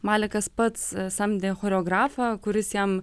malekas pats samdė choreografą kuris jam